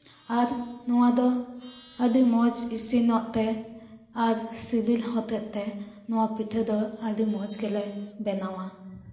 ᱟᱨ ᱱᱚᱣᱟ ᱫᱚ ᱟᱹᱰᱤ ᱢᱚᱡᱽ ᱤᱥᱤᱱᱚᱜ ᱛᱮ ᱟᱨ ᱥᱤᱵᱤᱞ ᱦᱚᱛᱮᱫ ᱛᱮ ᱱᱚᱣᱟ ᱯᱤᱴᱷᱟᱹ ᱫᱚ ᱟᱹᱰᱤ ᱢᱚᱡᱽ ᱜᱮᱞᱮ ᱵᱮᱱᱟᱣᱟ